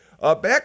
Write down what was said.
Back